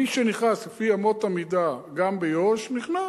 מי שנכנס לפי אמות המידה, גם ביו"ש, נכנס,